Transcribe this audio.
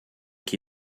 que